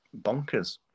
bonkers